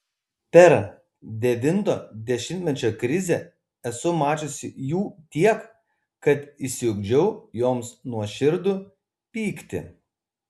per devinto dešimtmečio krizę esu mačiusi jų tiek kad išsiugdžiau joms nuoširdų pyktį